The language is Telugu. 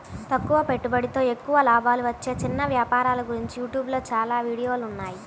తక్కువ పెట్టుబడితో ఎక్కువ లాభాలు వచ్చే చిన్న వ్యాపారాల గురించి యూట్యూబ్ లో చాలా వీడియోలున్నాయి